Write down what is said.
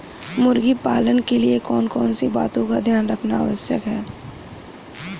मुर्गी पालन के लिए कौन कौन सी बातों का ध्यान रखना आवश्यक है?